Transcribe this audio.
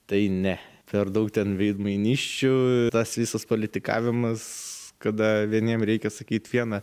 tai ne per daug ten veidmainysčių tas visas politikavimas kada vieniem reikia sakyt viena